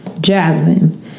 Jasmine